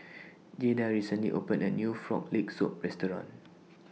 Jaeda recently opened A New Frog Leg Soup Restaurant